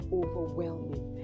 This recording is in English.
overwhelming